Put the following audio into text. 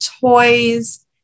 toys